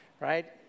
right